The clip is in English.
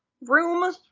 room